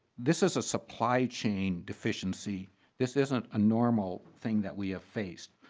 this is a supply chain efficiency this isn't a normal thing that we have faced.